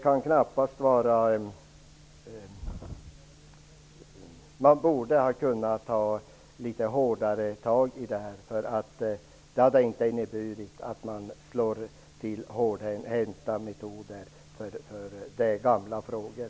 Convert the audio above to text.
Man borde ha kunnat ta litet hårdare tag här, eftersom det är gamla frågor.